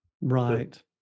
Right